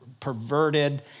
Perverted